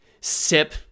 sip